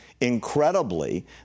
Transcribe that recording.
incredibly